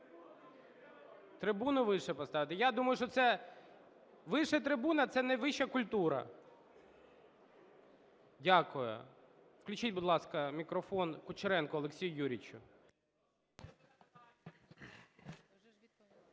Трибуну вище поставити? Я думаю, що це, вища трибуна – це не вища культура. Дякую. Включіть, будь ласка, мікрофон Кучеренку Олексію Юрійовичу.